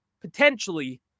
potentially